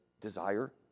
desire